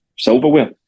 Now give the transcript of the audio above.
silverware